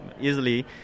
easily